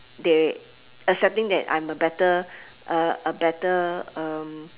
they accepting that I'm a better uh a better um